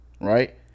right